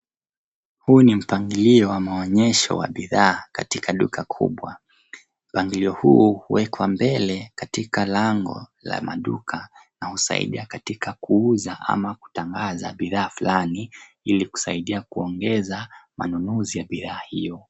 Huu ni mpangilio wa maonyesho ya bidhaa katika duka kubwa. Mpangilio huu huwekwa mbele katika lango la maduka na husaidia katika kuuza ama kutangaza bidhaa fulani ili kusaidia kuongeza manunuzi ya bidhaa hio.